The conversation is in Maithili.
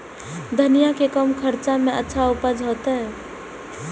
धनिया के कम खर्चा में अच्छा उपज होते?